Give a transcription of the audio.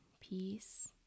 peace